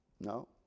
no